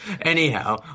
anyhow